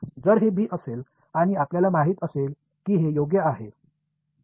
जर हे बी असेल आणि आपल्याला माहित असेल की हे योग्य आहे